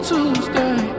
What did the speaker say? Tuesday